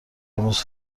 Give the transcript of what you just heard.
امروز